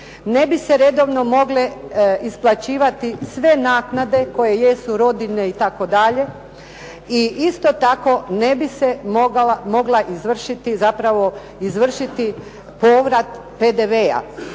ne bi se redovno mogle isplaćivati sve naknade koje jesu rodiljne itd. I isto tako, ne bi se mogla izvršiti zapravo povrat PDV-a.